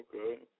okay